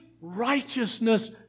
righteousness